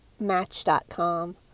match.com